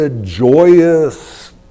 joyous